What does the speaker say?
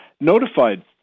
notified